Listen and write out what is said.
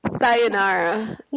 Sayonara